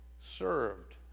served